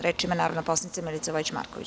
Reč ima narodna poslanica Milica Vojić Marković.